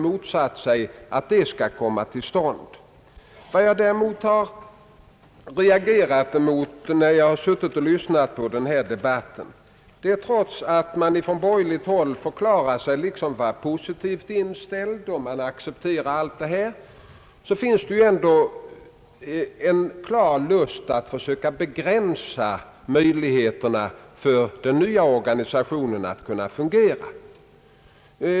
Vad jag däremot har reagerat emot när jag lyssnat på debatten är, att trots att man från borgerligt håll förklarat sig vara positivt inställd och villig att acceptera förslaget, så finns det ändå en klar lust att försöka begränsa den nya organisationens möjligheter att fungera.